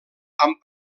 amb